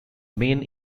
main